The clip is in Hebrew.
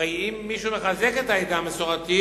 הרי אם מישהו מחזק את העמדה המסורתית